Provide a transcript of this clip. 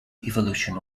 evolution